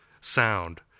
sound